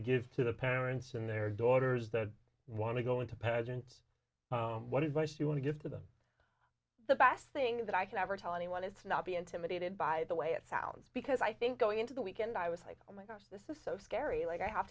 to give to the parents and their daughters that want to go into pageant what is what you want to give to them the best thing that i can ever tell anyone is not be intimidated by the way it sounds because i think going into the weekend i was like oh my gosh this is so scary like i have